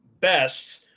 best